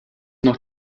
nach